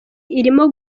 irimo